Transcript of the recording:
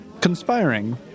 conspiring